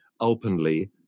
openly